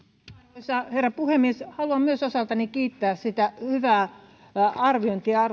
arvoisa herra puhemies haluan myös osaltani kiittää sitä hyvää arviointia